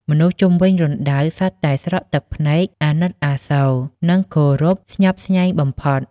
មនុស្សជុំវិញរណ្ដៅសុទ្ធតែស្រក់ទឹកភ្នែកអាណិតអាសូរ និងគោរពស្ញប់ស្ញែងបំផុត។